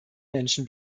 menschen